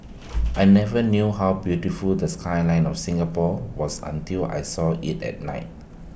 I never knew how beautiful the skyline of Singapore was until I saw IT at night